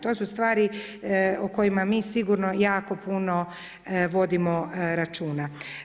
To su stvari o kojima mi sigurno jako puno vodimo računa.